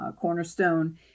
cornerstone